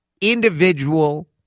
individual